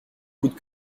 coûte